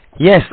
Yes